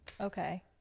okay